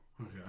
Okay